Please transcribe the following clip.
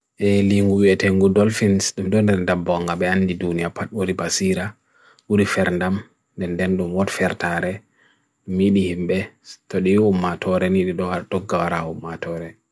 E, linguwe tengudol finn stumdun danda bonga be'an jidunia pat wuli pasira wuli ferndam denden dungot fertare mili himbe, studiu omatore nilidohar tokgara omatore